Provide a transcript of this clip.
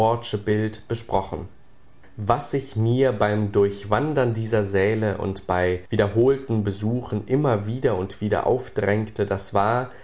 bild besprochen was sich mir beim durchwandern dieser säle und bei wiederholten besuchen immer wieder und wieder aufdrängte das war